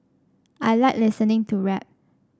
I like listening to rap